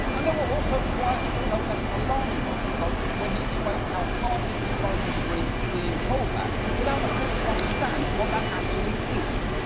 and there were also quieter but no less alarming moments like when he explained how hard he's been fighting to bring clean coal back without appearing to understand what that actually is.